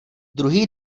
druhý